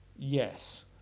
Yes